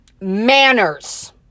manners